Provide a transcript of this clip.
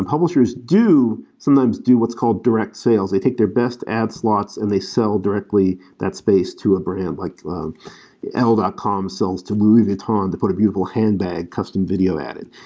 um publishers do sometimes do what's called direct sales. they take their best ad slots and they sell directly that space to a brand, like el dot com sells to louis vuitton to put a beautiful handbag custom video at it.